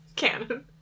canon